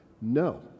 No